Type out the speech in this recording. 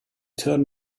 turn